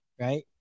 right